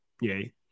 Yay